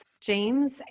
James